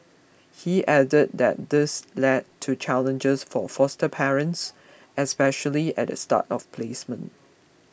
he added that this led to challenges for foster parents especially at the start of placement